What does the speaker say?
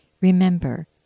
remember